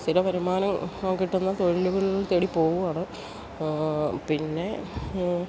സ്ഥിര വരുമാനം കിട്ടുന്ന തൊഴിലുകൾ തേടി പോകുവാണ് പിന്നെ